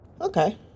Okay